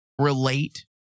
relate